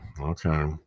okay